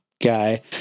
guy